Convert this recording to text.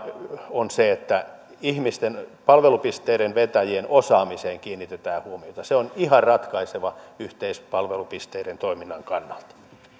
on se että ihmisten palvelupisteiden vetäjien osaamiseen kiinnitetään huomiota se on ihan ratkaisevaa yhteispalvelupisteiden toiminnan kannalta